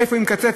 איפה היא מקצצת,